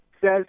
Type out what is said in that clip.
says